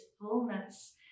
fullness